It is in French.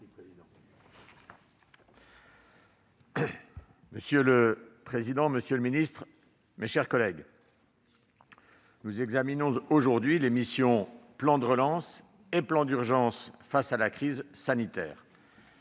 Monsieur le président, monsieur le ministre, mes chers collègues, nous examinons aujourd'hui les missions « Plan de relance » et « Plan d'urgence face à la crise sanitaire ».